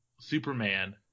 superman